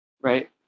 right